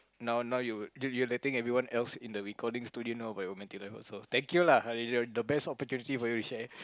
now now you you le~ letting everyone else in the recording studio know about your romantic life also thank you lah this is the best opportunity for you to share